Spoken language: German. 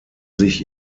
sich